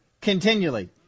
continually